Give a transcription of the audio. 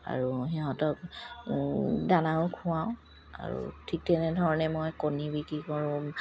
আৰু সিহঁতক দানাও খুৱাওঁ আৰু ঠিক তেনেধৰণে মই কণী বিক্ৰী কৰোঁ